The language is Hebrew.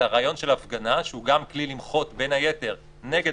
הרעיון של הפגנה שהוא גם כלי למחות בין היתר נגד